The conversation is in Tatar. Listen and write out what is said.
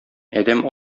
адәм